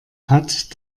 hat